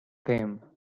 fame